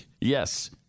Yes